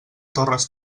torres